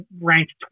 ranked